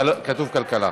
כתוב כלכלה.